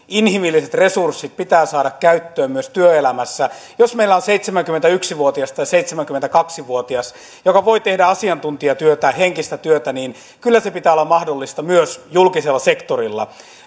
inhimilliset resurssit pitää saada käyttöön myös työelämässä jos meillä on seitsemänkymmentäyksi vuotias tai seitsemänkymmentäkaksi vuotias joka voi tehdä asiantuntijatyötä henkistä työtä niin kyllä sen pitää olla mahdollista myös julkisella sektorilla